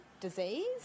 disease